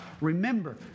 Remember